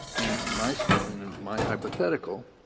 and in my in my hypothetical,